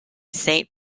saint